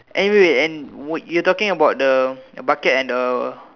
and wait wait wait and wait you're talking about the bucket and the